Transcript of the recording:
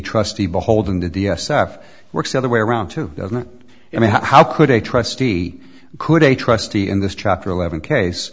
trustee beholden to the stuff works the other way around too doesn't i mean how could a trustee could a trustee in this chapter eleven case